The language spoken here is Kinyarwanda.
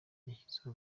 yashyizeho